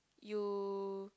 you